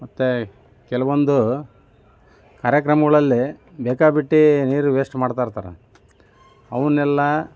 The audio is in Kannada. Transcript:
ಮತ್ತೆ ಕೆಲವೊಂದು ಕಾರ್ಯಕ್ರಮಗಳಲ್ಲಿ ಬೇಕಾಬಿಟ್ಟಿ ನೀರು ವೇಸ್ಟ್ ಮಾಡ್ತಾಯಿರ್ತಾರೆ ಅವನ್ನೆಲ್ಲ